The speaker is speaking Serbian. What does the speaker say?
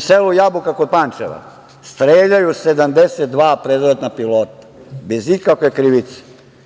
selu Jabuka kod Pančeva, streljaju 72 predratna pilota, bez ikakve krivice